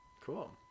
Cool